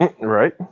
Right